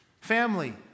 Family